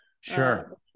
Sure